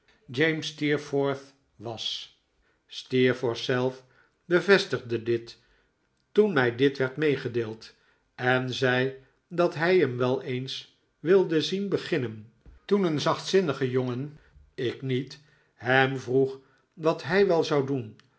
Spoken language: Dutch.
j steerforth was steerforth zelf bevestigde dit toen mij dit werd meegedeeld en zei dat hij hem wel eens wilde zien beginnen toen een zachtzinnige jongen ik niet hem vroeg wat hij wel zou doen